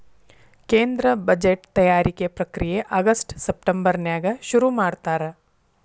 ಕೇಂದ್ರ ಬಜೆಟ್ ತಯಾರಿಕೆ ಪ್ರಕ್ರಿಯೆ ಆಗಸ್ಟ್ ಸೆಪ್ಟೆಂಬರ್ನ್ಯಾಗ ಶುರುಮಾಡ್ತಾರ